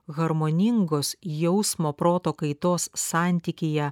harmoningos jausmo proto kaitos santykyje